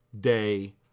day